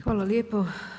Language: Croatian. Hvala lijepo.